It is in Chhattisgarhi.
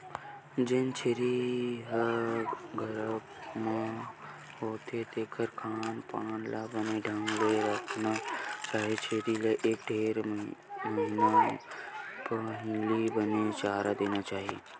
जेन छेरी ह गरभ म होथे तेखर खान पान ल बने ढंग ले रखना चाही छेरी ल एक ढ़ेड़ महिना पहिली बने चारा देना चाही